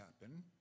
happen